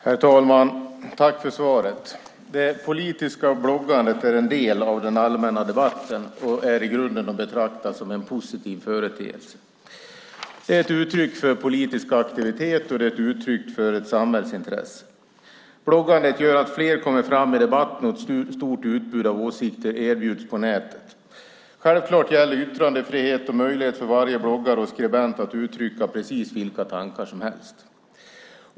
Herr talman! Jag tackar statsrådet för svaret. Det politiska bloggandet är en del av den allmänna debatten och är i grunden att betrakta som en positiv företeelse. Det är ett uttryck för politisk aktivitet och samhällsintresse. Bloggandet gör att fler kommer fram i debatten och att ett stort utbud av åsikter erbjuds på nätet. Självklart gäller yttrandefrihet och möjlighet för varje bloggare och skribent att uttrycka precis vilka tankar som helst.